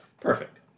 Perfect